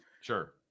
Sure